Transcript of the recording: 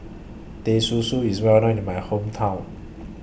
Teh Susu IS Well known in My Hometown